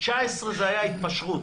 19 היה פשרה,